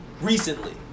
Recently